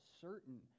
certain